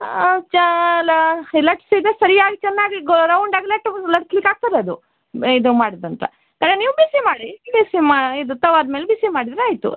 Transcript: ಆ ಚಾ ಲಾ ಲಟ್ಸಿದ್ದರೆ ಸರಿಯಾಗಿ ಚೆನ್ನಾಗಿ ರೌಂಡಾಗ್ ಲಡ್ಸ್ಲಿಕ್ಕೆ ಆಗ್ತದೆ ಅದು ಇದು ಮಾಡದೆಂತ ಕಡೆ ನೀವು ಬಿಸಿ ಮಾಡಿ ಬಿಸಿ ಮಾ ಇದು ತವದ ಮೇಲೆ ಬಿಸಿ ಮಾಡಿದರೆ ಆಯಿತು